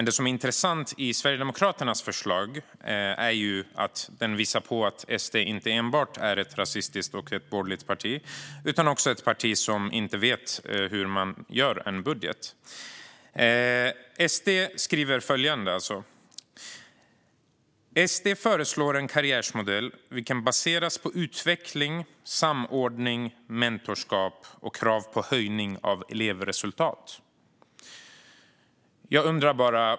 Det som är intressant i Sverigedemokraternas förslag är att det visar på att SD inte enbart är ett rasistiskt och borgerligt parti utan också ett parti som inte vet hur man gör en budget. SD föreslår en karriärmodell som "ska baseras på utveckling, samordning, mentorskap och krav på höjning av elevresultat".